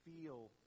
feel